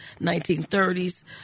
1930s